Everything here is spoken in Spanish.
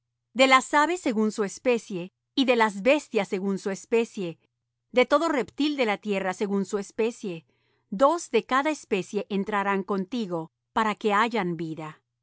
de las aves según su especie y de las bestias según su especie de todo reptil de la tierra según su especie dos de cada especie entrarán contigo para que hayan vida